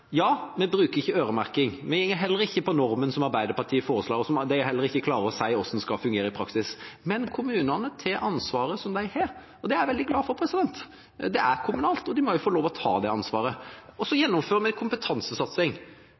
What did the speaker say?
Ja, vi bruker ikke øremerking, heller ikke på normen, som Arbeiderpartiet foreslår, og som de ikke klarer å si hvordan skal fungere i praksis. Men kommunene tar det ansvaret som de har, og det er jeg veldig glad for. Det er kommunalt, og de må jo få lov til å ta det ansvaret. Vi gjennomfører en kompetansesatsing.